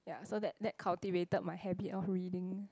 ya so that that cultivated my habit of reading